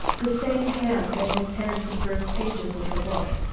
the same hand that had penned the first pages of the book.